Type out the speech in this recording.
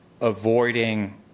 Avoiding